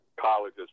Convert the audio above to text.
colleges